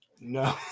No